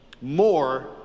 more